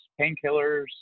painkillers